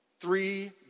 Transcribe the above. three